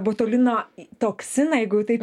botulino toksiną jeigu taip